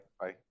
bye